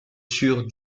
sur